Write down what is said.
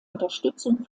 unterstützung